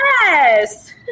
yes